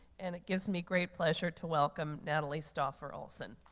and it gives me great pleasure to welcome natalie stauffer olsen.